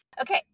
Okay